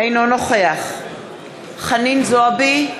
אינו נוכח חנין זועבי,